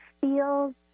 feels